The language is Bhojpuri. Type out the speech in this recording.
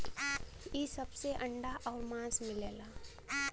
इ सब से अंडा आउर मांस मिलला